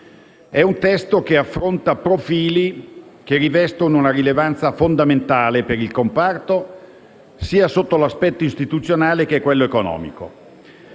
Il testo affronta profili che rivestono una rilevanza fondamentale per il comparto sia sotto l'aspetto istituzionale, che sotto quello economico.